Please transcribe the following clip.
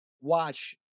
watch